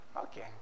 Okay